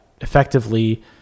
effectively